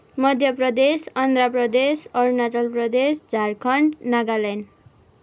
Madhya Pradesh Andhra Pradesh Arunachal Pradesh Jharkhand Nagaland